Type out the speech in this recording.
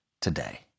today